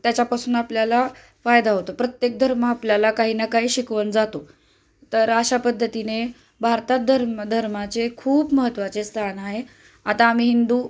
त्याच्यापासून आपल्याला फायदा होतो प्रत्येक धर्म आपल्याला काही ना काही शिकवून जातो तर अशा पद्धतीने भारतात धर्म धर्माचे खूप महत्त्वाचे स्थान आहे आता आम्ही हिंदू